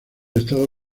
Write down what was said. estado